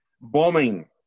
bombing